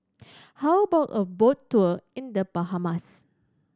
how about a boat tour in The Bahamas